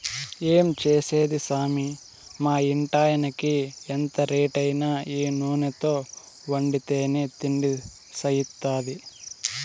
ఏం చేసేది సామీ మా ఇంటాయినకి ఎంత రేటైనా ఈ నూనెతో వండితేనే తిండి సయిత్తాది